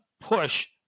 push